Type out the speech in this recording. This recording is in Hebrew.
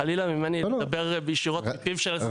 חלילה לי לדבר ישירות מפיו של כבוד השר.